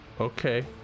Okay